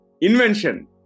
Invention